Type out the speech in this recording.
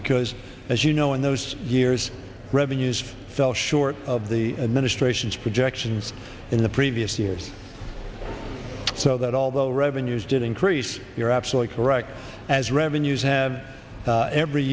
because as you know in those years revenues fell short of the administration's projections in previous years so that although revenues did increase you're absolutely correct as revenues have every